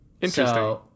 Interesting